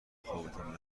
خوابتم